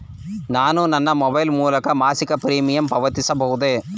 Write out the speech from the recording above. ನಾನು ನನ್ನ ಮೊಬೈಲ್ ಮೂಲಕ ಮಾಸಿಕ ಪ್ರೀಮಿಯಂ ಪಾವತಿಸಬಹುದೇ?